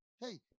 Hey